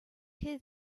his